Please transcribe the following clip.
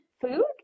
Food